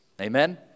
Amen